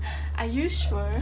are you sure